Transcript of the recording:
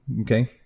Okay